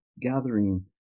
gathering